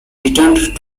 returned